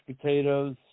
potatoes